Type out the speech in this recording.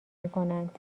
میکنند